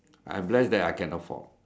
I'm blessed that I can afford